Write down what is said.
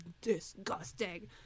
disgusting